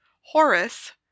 Horace